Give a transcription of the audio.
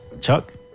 Chuck